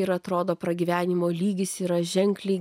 ir atrodo pragyvenimo lygis yra ženkliai